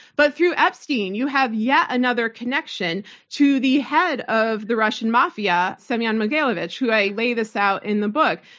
but through epstein, you have yet another connection to the head of the russian mafia, mafia, semion mogilevich who-i lay this out in the book.